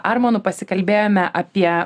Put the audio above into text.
armonu pasikalbėjome apie